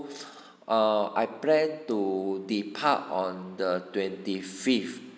err I planned to depart on the twenty fifth